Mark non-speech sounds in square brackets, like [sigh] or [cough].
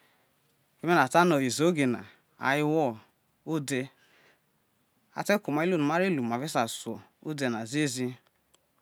[unintelligible] keme na ata no mai izoge no ai wo̱ ode a te ko mai iluo no ma re lu ma ve su ode̱ na ziezi